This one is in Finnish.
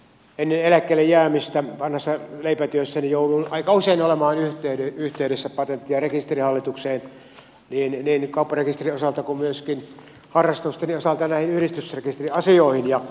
ennen eläkkeelle jäämistä vanhassa leipätyössäni jouduin aika usein olemaan yhteydessä patentti ja rekisterihallitukseen niin kaupparekisterin osalta kuin myöskin harrastusteni osalta näissä yhdistysrekisteriasioissa